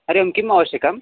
हरिः ओं किम् आवश्यकम्